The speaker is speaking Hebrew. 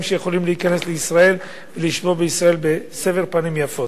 שיכולים להיכנס לישראל ולשהות בישראל בסבר פנים יפות.